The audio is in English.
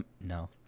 No